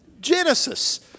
Genesis